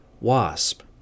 wasp